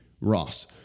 Ross